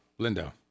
Lindo